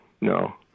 no